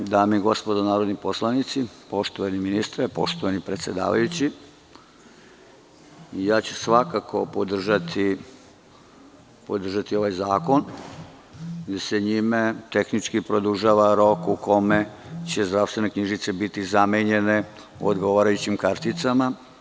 Dame i gospodo narodni poslanici, poštovani ministre, poštovani predsedavajući, ja ću svakako podržati ovaj zakon, jer se njime tehnički produžava rok u kome će zdravstvene knjižice biti zamenjene odgovarajućim karticama.